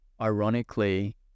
ironically